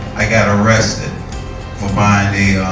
i got arrested for buying a